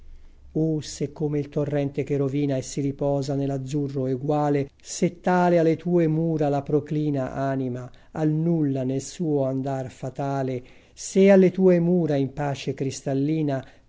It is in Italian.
o se come il torrente che rovina e si riposa nell'azzurro eguale se tale a le tue mura la proclina anima al nulla nel suo andar fatale se alle tue mura in pace cristallina